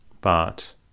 But